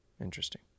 Interesting